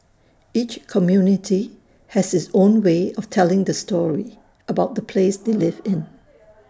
each community has its own way of telling the story about the place they live in